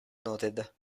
noted